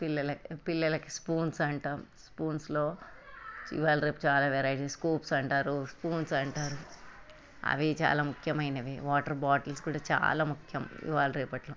పిల్లల పిల్లలకి స్పూన్స్ అంటాం స్పూన్స్లో ఇవాళ రేపు చాలా వెరైటీస్ స్కూప్స్ అంటారు స్పూన్స్ అంటారు అవి చాలా ముఖ్యమైనవి వాటర్ బాటిల్స్ కూడా చాలా ముఖ్యం ఇవాళ రేపట్లో